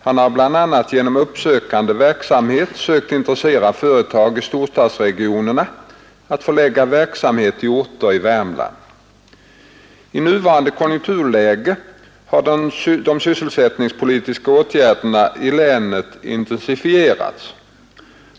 Han har bl.a. genom uppsökande verksamhet sökt intressera företag i storstadsregionerna att förlägga verksamhet till orter i Värmland, I nuvarande konjunkturläge har de sysselsättningspolitiska åtgärderna i länet intensifierats.